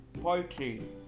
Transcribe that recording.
Poetry